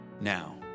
Now